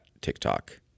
TikTok